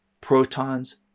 protons